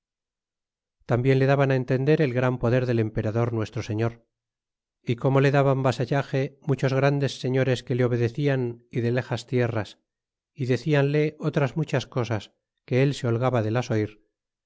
tambien le daban á entender el gran poder del emperador nuestro señor y como le daban vasallage muchos grandes señores que le obedecian y de lejas tierras y decianle otras muchas cosas que el se holgaba de las